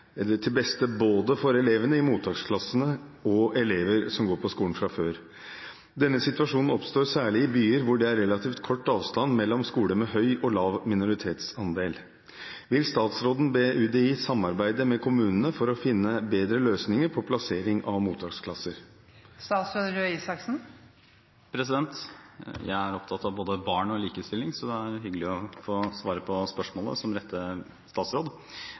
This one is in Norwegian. i mottaksklasser og elevene som går på skolen fra før. Denne situasjonen oppstår særlig i byer hvor det er relativt kort avstand mellom skoler med høy og lav minoritetsandel. Vil statsråden be UDI samarbeide med kommunene for å finne bedre løsninger på plassering av mottaksklasser?» Jeg er opptatt av både barn og likestilling, så det er hyggelig å få svare på spørsmålet som rette statsråd.